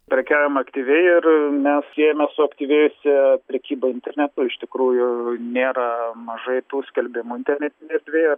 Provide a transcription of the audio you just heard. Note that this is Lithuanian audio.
prekiaujama aktyviai ir mes siejame suaktyvėjusia prekyba internetu iš tikrųjų nėra mažai tų skelbimų internetinėje erdvėje